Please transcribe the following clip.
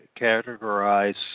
categorize